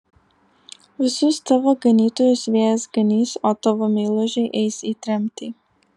visus tavo ganytojus vėjas ganys o tavo meilužiai eis į tremtį